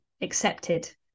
accepted